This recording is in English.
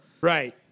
Right